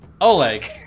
Oleg